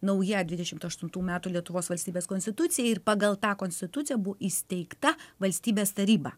nauja dvidešimt aštuntų metų lietuvos valstybės konstitucija ir pagal tą konstituciją buvo įsteigta valstybės taryba